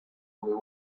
blue